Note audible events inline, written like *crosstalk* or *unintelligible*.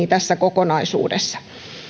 *unintelligible* tässä kokonaisuudessa